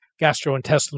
gastrointestinal